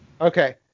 Okay